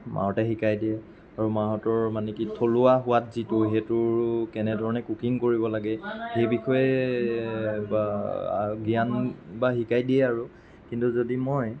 মাহঁতে শিকাই দিয়ে আৰু মাহঁতৰ মানে কি থলুৱা সোৱাদ যিটো সেইটোৰ কেনেধৰণে কুকিং কৰিব লাগে সেইবিষয়ে বা জ্ঞান বা শিকাই দিয়ে আৰু কিন্তু যদি মই